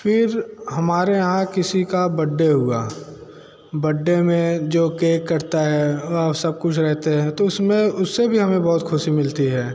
फिर हमारे यहाँ किसी का बड्डे हुआ बड्डे में जो केक काटता है और सब कुछ रहता है तो उस में उससे भी हमे बहुत ख़ुशी मिलती है